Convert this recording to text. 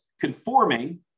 conforming